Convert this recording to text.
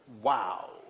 Wow